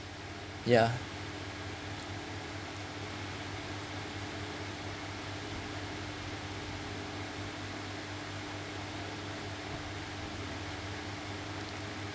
ya